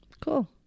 Cool